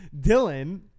Dylan